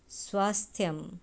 स्वास्थ्यं